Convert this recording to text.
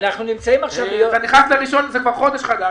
זה כבר חודש חדש,